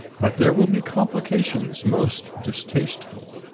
but there will be complications most distasteful.